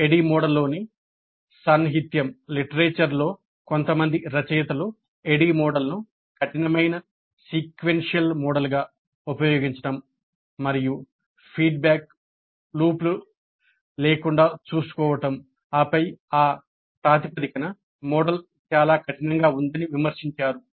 ADDIE మోడల్లోని సాహిత్యంలో కొంతమంది రచయితలు ADDIE మోడల్ను కఠినమైన సీక్వెన్షియల్ మోడల్గా ఉపయోగించడం మరియు ఫీడ్బ్యాక్ లూప్లు లేకుండా చూసుకోవడం ఆపై ఆ ప్రాతిపదికన మోడల్ చాలా కఠినంగా ఉందని విమర్శించారు